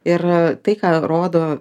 ir tai ką rodo